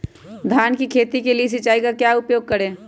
धान की खेती के लिए सिंचाई का क्या उपयोग करें?